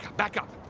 back up,